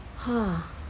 !huh!